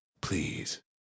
please